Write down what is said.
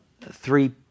three